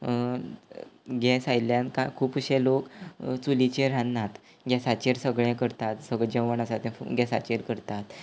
gas आयिल्ल्यान खुबशे लोक चुलीचेर रांदनात गॅसाचेर सगळें करतात सगळें जेवण आसा तें गॅसाचेर करतात